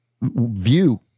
view